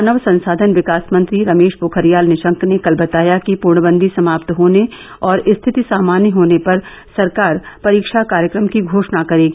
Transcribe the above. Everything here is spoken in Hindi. मानव संसाधन विकास मंत्री रमेश पोखरियाल निशंक ने कल बताया कि पूर्णबंदी समाप्त होने और स्थिति सामान्य होने पर सरकार परीक्षा कार्यक्रम की घोषणा करेगी